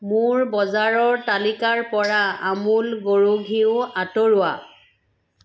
মোৰ বজাৰৰ তালিকাৰ পৰা আমুল গৰুৰ ঘিউ আঁতৰোৱা